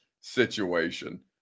situation